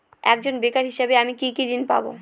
একজন বেকার হিসেবে আমি কি কি ঋণ পাব?